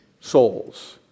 Souls